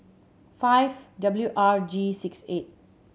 five W R G six eight